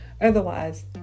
Otherwise